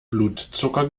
blutzucker